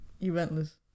eventless